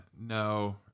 No